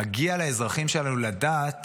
מגיע לאזרחים שלנו לדעת